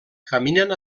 caminen